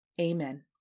Amen